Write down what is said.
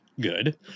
good